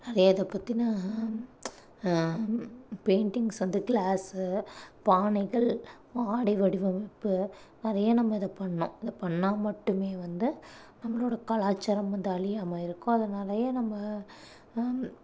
நிறையா இதைப் பற்றி பெயிண்டிங்ஸ் வந்து கிளாஸ்ஸு பானைகள் ஆடை வடிவமைப்பு நிறைய நம்ம இதைப் பண்ணிணோம் இதை பண்ணால் மட்டுமே வந்து நம்மளோடய கலாச்சாரம் வந்து அழியாக இருக்கும் அதனாலயே நம்ம